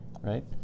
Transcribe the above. right